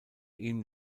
ihm